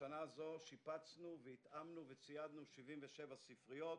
בשנה זו שיפצנו והתאמנו וציידנו 77 ספריות.